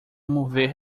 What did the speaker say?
mover